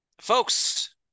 folks